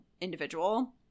individual